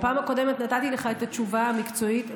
בפעם הקודמת נתתי לך את התשובה המקצועית.